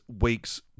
week's